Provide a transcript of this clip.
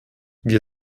wir